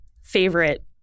favorite